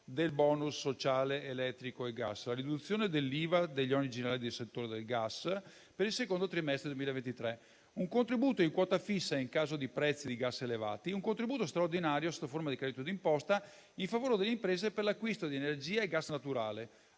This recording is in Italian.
del *bonus* sociale elettrico e gas; la riduzione dell'IVA e degli oneri generali di settore del gas per il secondo trimestre del 2023; un contributo in quota fissa in caso di prezzi di gas elevati; un contributo straordinario, sotto forma di credito d'imposta, in favore delle imprese per l'acquisto di energia e gas naturale;